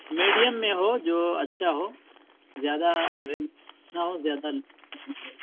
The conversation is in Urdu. میڈیم میں ہو جو اچھا ہو زیادہ رجنا ہو زیادہ ل ہو